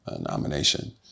nomination